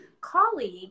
colleague